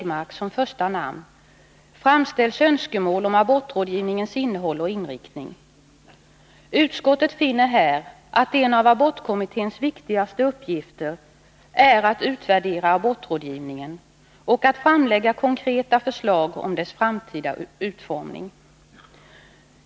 Utskottet finner här att en av abortkommitténs viktigaste uppgifter är att Nr 42 utvärdera abortrådgivningen och att framlägga konkreta förslag om dess Torsdagen den framtida utformning.